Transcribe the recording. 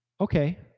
Okay